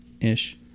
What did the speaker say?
Ish